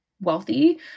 wealthy